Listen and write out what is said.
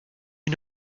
you